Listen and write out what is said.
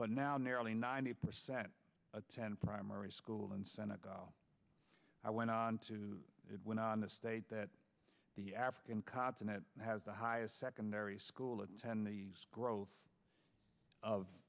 but now nearly ninety percent attend primary school and senate i went on to it went on the state that the african continent has the highest secondary school attend the growth of